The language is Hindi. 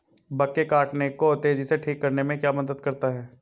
बग के काटने को तेजी से ठीक करने में क्या मदद करता है?